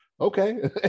okay